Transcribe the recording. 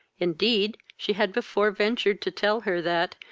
indeed, she had before ventured to tell her, that,